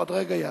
עוד רגע יעבוד.